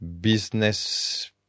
business